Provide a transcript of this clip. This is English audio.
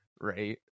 right